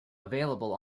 available